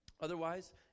Otherwise